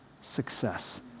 success